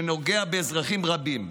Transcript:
שנוגע באזרחים רבים,